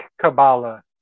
Kabbalah